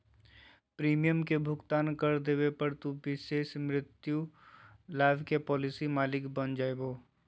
premium के भुगतान कर देवे पर, तू विशेष मृत्यु लाभ के पॉलिसी मालिक बन जैभो